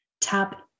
tap